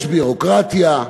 יש ביורוקרטיה,